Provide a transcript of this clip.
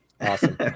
Awesome